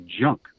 junk